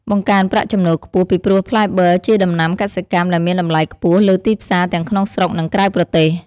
បង្កើនប្រាក់ចំណូលខ្ពស់ ពីព្រោះផ្លែបឺរជាដំណាំកសិកម្មដែលមានតម្លៃខ្ពស់លើទីផ្សារទាំងក្នុងស្រុក និងក្រៅប្រទេស។